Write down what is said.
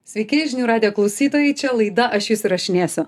sveiki žinių radijo klausytojai čia laida aš jus įrašinėsiu